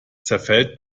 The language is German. zerfällt